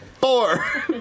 Four